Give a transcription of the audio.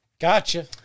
Gotcha